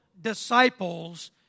disciples